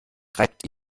treibt